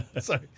sorry